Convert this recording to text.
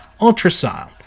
ultrasound